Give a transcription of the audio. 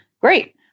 great